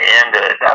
ended